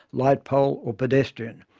light pole or pedestrian.